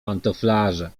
pantoflarze